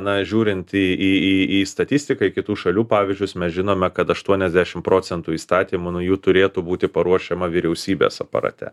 na žiūrint į į į į statistiką į kitų šalių pavyzdžius mes žinome kad aštuoniasdešimt procentų įstatymų nu jų turėtų būti paruošiama vyriausybės aparate